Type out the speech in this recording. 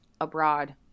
abroad